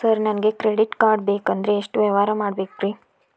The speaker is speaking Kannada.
ಸರ್ ನನಗೆ ಕ್ರೆಡಿಟ್ ಕಾರ್ಡ್ ಬೇಕಂದ್ರೆ ಎಷ್ಟು ವ್ಯವಹಾರ ಮಾಡಬೇಕ್ರಿ?